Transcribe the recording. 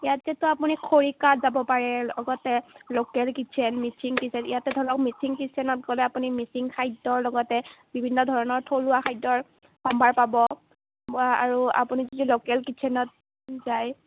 ইয়াতেতো আপুনি খৰিকাত যাব পাৰে লগতে লোকেল কিটচেন মিচিং কিটচেন ইয়াতে ধৰক মিচিং কিটচেনত গ'লে আপুনি মিচিং খাদ্যৰ লগতে বিভিন্ন ধৰণৰ থলুৱা খাদ্যৰ সম্ভাৰ পাব মই আৰু আপুনি যি লোকেল কিটচেনত যায়